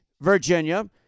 Virginia